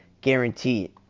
guaranteed